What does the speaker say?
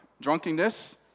drunkenness